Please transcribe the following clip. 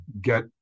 get